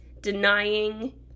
denying